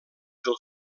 del